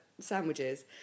sandwiches